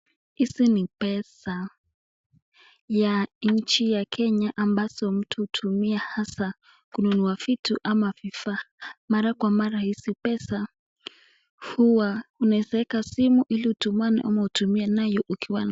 Hizi ni pesa ya nchi ya kenya ambazo mtu hutumia hasa kununua vitu ama vifaa. Mara kwa mara hizi pesa huwa unaezaweka simu ili utumane ama utumie nayo ukiwa na...